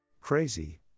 Crazy